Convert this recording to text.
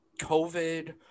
COVID